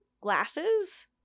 glasses